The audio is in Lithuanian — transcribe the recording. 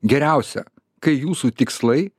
geriausia kai jūsų tikslai